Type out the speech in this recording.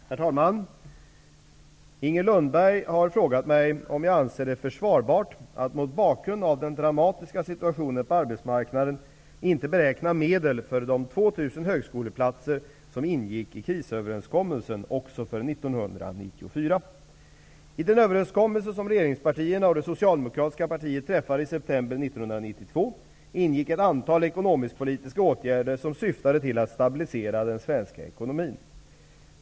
Herr talman! Inger Lundberg har frågat mig om jag anser det försvarbart, att mot bakgrund av den dramatiska situationen på arbetsmarknaden, inte beräkna medel för de 2 000 högskoleplatser som ingick i krisöverenskommelsen också för 1994. 1992 ingick ett antal ekonomisk-politiska åtgärder som syftade till att stabilisera den svenska ekonomin.